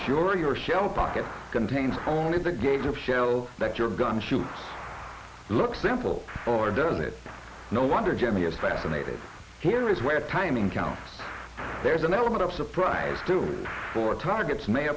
sure your shell pocket contains only the gauge of shells that your gun shoots look simple or doesn't it no wonder jimmy is fascinated here is where timing counts there's an element of surprise due for targets may